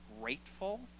Grateful